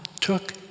took